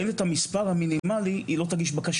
אם אין את המספר המינימלי, הרשות לא תגיש בקשה.